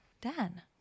Dan